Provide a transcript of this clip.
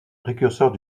précurseurs